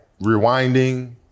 rewinding